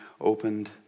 opened